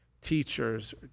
teachers